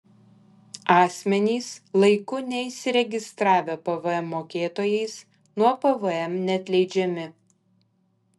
asmenys laiku neįsiregistravę pvm mokėtojais nuo pvm neatleidžiami